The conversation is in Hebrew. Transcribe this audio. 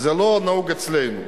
זה לא נהוג אצלנו.